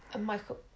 Michael